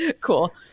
Cool